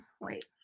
Wait